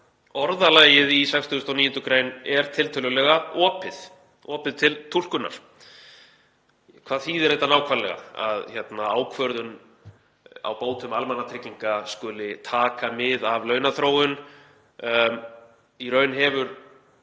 orðalagið í 69. gr. er tiltölulega opið til túlkunar. Hvað þýðir það nákvæmlega að ákvörðun á bótum almannatrygginga skuli taka mið af launaþróun? Í raun hefur